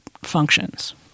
functions